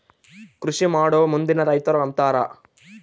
ಕೃಷಿಮಾಡೊ ಮಂದಿನ ರೈತರು ಅಂತಾರ